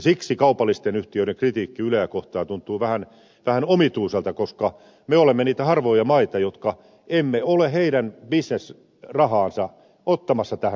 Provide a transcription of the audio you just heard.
siksi kaupallisten yhtiöiden kritiikki yleä kohtaan tuntuu vähän omituiselta koska me olemme niitä harvoja maita jotka emme ole heidän bisnesrahaansa ottamassa tähän yleisradiotoimintaan